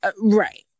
right